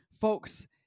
folks